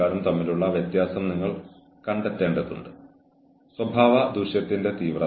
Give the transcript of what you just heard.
ജീവനക്കാരൻ പരാജയപ്പെടുകയാണെങ്കിൽ അത് വളരെ മോശമായിരിക്കും